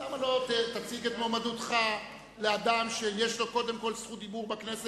למה לא תציג את מועמדותך לאדם שיש לו קודם כול זכות דיבור בלתי